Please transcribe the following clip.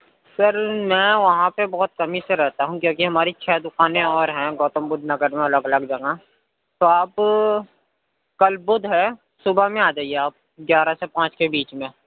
سر میں وہاں پہ بہت کم ہی سے رہتا ہے کیونکہ ہماری چھ دُکانیں اور ہیں گوتم بدھ نگر میں الگ الگ جگہ تو آپ کل بُدھ ہے صُبح میں آ جائیے آپ گیارہ سے پانچ کے بیچ میں